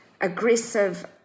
aggressive